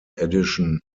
edition